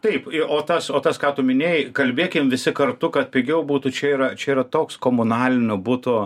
taip i o tas o tas ką tu minėjai kalbėkim visi kartu kad pigiau būtų čia yra čia yra toks komunalinio buto